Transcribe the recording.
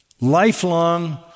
Lifelong